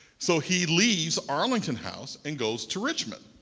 so he leaves arlington house and goes to richmond.